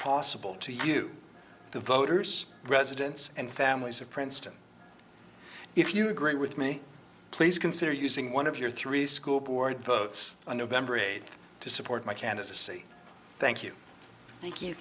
possible to you the voters residents and families of princeton if you agree with me please consider using one of your three school board votes on nov eighth to support my candidacy thank you